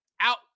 out